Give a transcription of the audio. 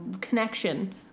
connection